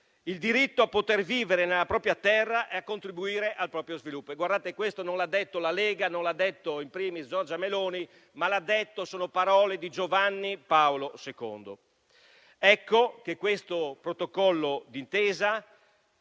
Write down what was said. il diritto a poter vivere nella propria terra e a contribuire al proprio sviluppo. Guardate: questo non l'ha detto la Lega, non l'ha detto *in primis* Giorgia Meloni, ma sono parole di Giovanni Paolo II. Ecco che questo Protocollo d'intesa,